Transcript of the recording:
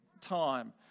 time